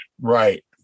Right